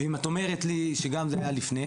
ואם את אומרת לי שגם זה היה לפני,